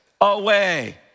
away